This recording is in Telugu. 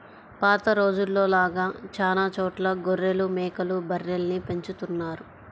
పాత రోజుల్లో లాగా చానా చోట్ల గొర్రెలు, మేకలు, బర్రెల్ని పెంచుతున్నారు